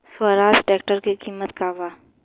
Swaraj tractor के किमत का बा?